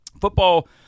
football